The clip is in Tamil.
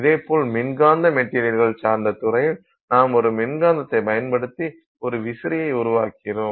இதேபோல் மின்காந்த மெட்டீரியல்கள் சார்ந்த துறையில் நாம் ஒரு மின்காந்தத்தைப் பயன்படுத்தி ஒரு விசிறியை உருவாக்குகிறோம்